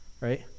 right